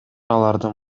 алардын